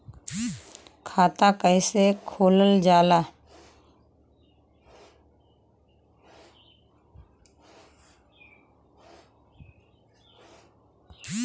खाता कैसे खोलल जाला?